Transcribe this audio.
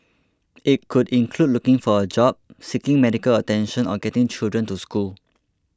it could include looking for a job seeking medical attention or getting children to school